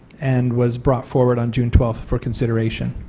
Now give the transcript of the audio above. and was brought forward on june twelve for consideration.